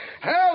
Help